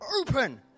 Open